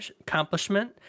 accomplishment